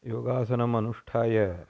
योगासनमनुष्ठाय